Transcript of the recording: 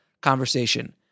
conversation